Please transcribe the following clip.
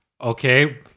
Okay